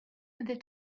they